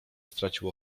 stracił